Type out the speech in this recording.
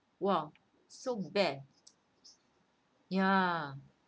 !wah! so bad ya